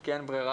כי אין ברירה.